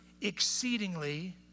exceedingly